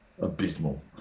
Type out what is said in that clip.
abysmal